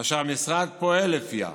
אשר המשרד פועל לפיה,